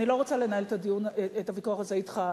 אני לא רוצה לנהל את הוויכוח הזה אתך.